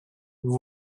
vous